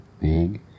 big